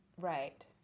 Right